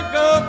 go